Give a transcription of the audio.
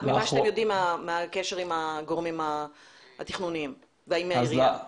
ממה שאתם יודעים מהקשר שלכם עם הגורמים התכנוניים ועם העירייה.